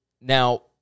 Now